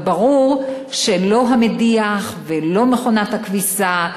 ברור שלא המדיח ולא מכונת הכביסה,